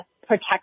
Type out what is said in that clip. protection